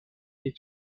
les